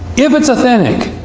if it's authentic,